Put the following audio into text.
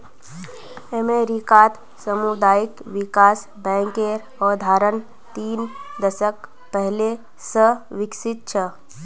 अमेरिकात सामुदायिक विकास बैंकेर अवधारणा तीन दशक पहले स विकसित छ